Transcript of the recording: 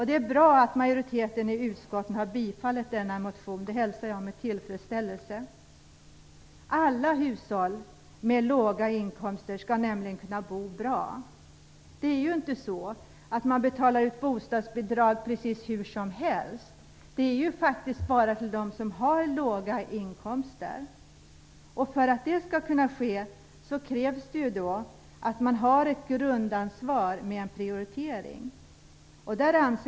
Det är bra att majoriteten i utskottet har bifallit denna motion. Det hälsar jag med tillfredsställelse. Även hushåll med låga inkomster skall nämligen kunna bo bra. Det är ju inte så att bostadsbidrag betalas ut precis hur som helst. Det ges faktiskt bara till dem som har låga inkomster. För att det skall kunna ske krävs att man har ett grundansvar, med prioritering.